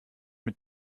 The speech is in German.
mit